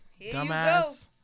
dumbass